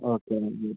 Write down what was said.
okay